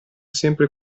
sempre